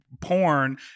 porn